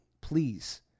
please